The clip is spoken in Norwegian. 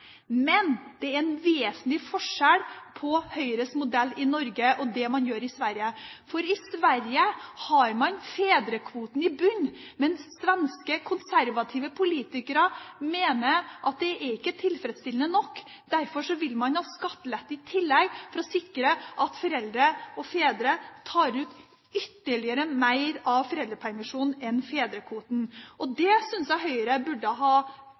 men det er en vesentlig forskjell på Høyres modell i Norge og det man gjør i Sverige. For i Sverige har man fedrekvoten i bunnen, mens svenske konservative politikere mener at det ikke er tilfredsstillende nok. Derfor vil man ha skattelette i tillegg, for å sikre at fedre tar ut ytterligere mer av foreldrepermisjonen enn fedrekvoten. Det synes jeg burde mane til ettertanke i Høyre,